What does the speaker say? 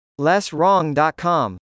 LessWrong.com